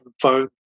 phone